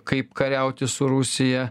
kaip kariauti su rusija